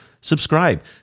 subscribe